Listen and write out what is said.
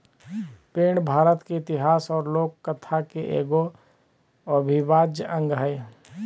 पेड़ भारत के इतिहास और लोक कथा के एगो अविभाज्य अंग हइ